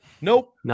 Nope